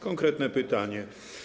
Konkretne pytanie.